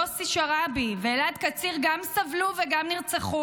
יוסי שרעבי ואלעד קציר גם סבלו וגם נרצחו,